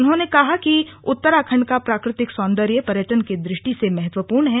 उन्होंने कहा कि उत्तराखण्ड का प्राकृतिक सौन्दर्य पर्यटन की दृष्टि से महत्वपूर्ण है